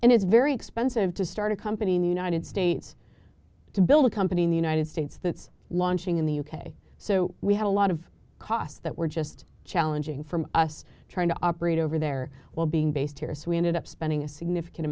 and it's very expensive to start a company in united states to build a company in the united states that's launching in the u k so we had a lot of costs that were just challenging from us trying to operate over there well being based here so we ended up spending a significant